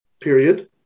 period